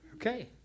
Okay